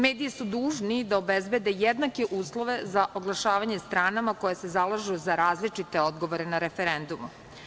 Mediji su dužni da obezbede jednake uslove za oglašavanje stranama koje se zalažu za različite odgovore na referendumu.